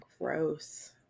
Gross